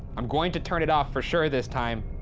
i'm going to turn it off for sure this time.